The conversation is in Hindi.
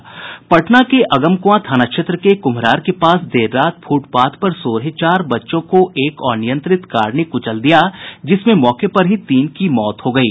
पटना के अगमक्आं थाना क्षेत्र के क्म्हरार के पास देर रात फूटपाथ पर सो रहे चार बच्चों को एक अनियंत्रित कार ने कुचल दिया जिसमें मौके पर ही तीन की मौत हो गयी